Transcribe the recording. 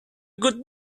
good